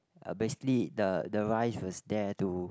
uh basically the the rice was there to